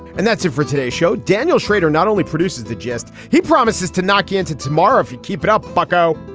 and that's it for today's show. daniel shrader not only produces the jest he promises to knock you into tomorrow if you keep it up, bucko.